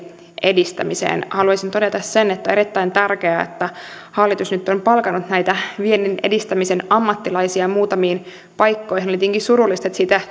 edistämiseen haluaisin todeta että on erittäin tärkeää että hallitus nyt on palkannut näitä viennin edistämisen ammattilaisia muutamiin paikkoihin oli tietenkin surullista että siitä